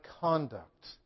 conduct